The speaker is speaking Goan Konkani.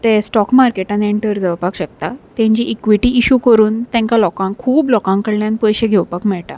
ते स्टॉक मार्केटान एंटर जावपाक शकता तेंची इक्विटी इशू करून तेंकां लोकांक खूब लोकां कडल्यान पयशे घेवपाक मेळटा